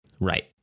Right